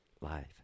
life